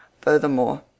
Furthermore